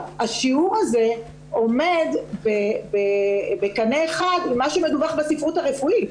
השיעור הזה עומד בקנה אחד עם מה שמדווח בספרות הרפואית.